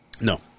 No